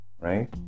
right